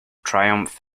triumph